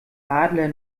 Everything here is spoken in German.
adler